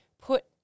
put